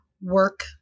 work